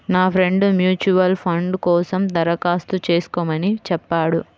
నా friend mutual fund కోసం దరఖాస్తు చేస్కోమని చెప్పాడు